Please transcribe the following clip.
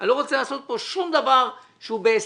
אני לא רוצה לעשות פה שום דבר שהוא בהסתר.